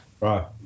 Right